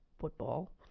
football